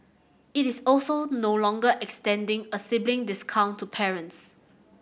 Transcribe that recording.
it is also no longer extending a sibling discount to parents